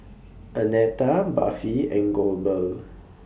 Annetta Buffy and Goebel